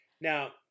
Now